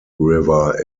river